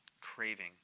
Craving